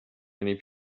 many